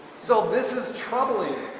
so this is troubling,